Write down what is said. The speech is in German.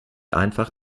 einfach